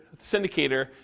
syndicator